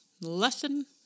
Lesson